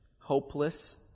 hopeless